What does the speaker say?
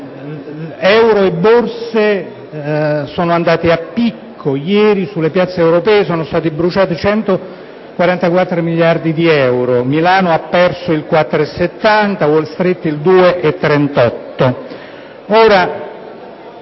Euro e borse sono andati a picco ieri: sulle piazze europee sono stati bruciati 144 miliardi di euro; Milano ha perso il 4,70 per cento; Wall Street il 2,38.